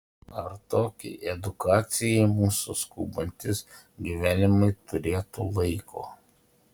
ar tokiai edukacijai mūsų skubantys gyvenimai turėtų laiko